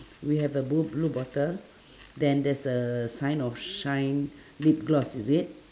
we have a blu~ blue bottle then there's a sign of shine lip gloss is it